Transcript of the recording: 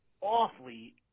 awfully